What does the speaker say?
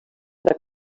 racó